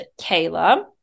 Kayla